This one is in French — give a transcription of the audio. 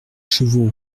cheveux